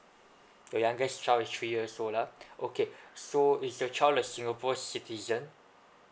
your youngest child is three years old ah okay so is your child a singapore citizen